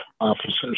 officers